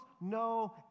no